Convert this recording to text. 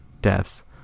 deaths